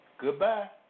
goodbye